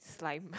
slime ah